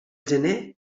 gener